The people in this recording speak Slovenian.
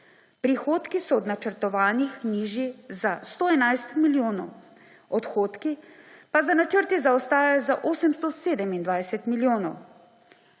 Prihodki so od načrtovanih nižji za 111 milijonov, odhodki pa za načrti zaostajajo za 827 milijonov.